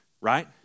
right